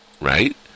Right